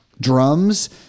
drums